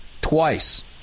twice